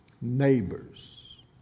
neighbors